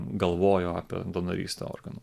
galvojo apie donorystę organų